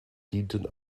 dienten